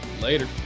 later